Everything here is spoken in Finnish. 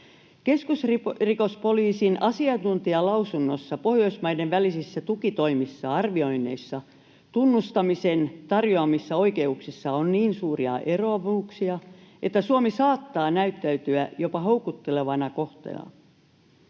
Keskusrikospoliisin asiantuntijalausunnon mukaan tukitoimissa, arvioinneissa ja tunnustamisen tarjoamissa oikeuksissa on Pohjoismaiden välillä niin suuria eroavuuksia, että Suomi saattaa näyttäytyä jopa houkuttelevana kohteena.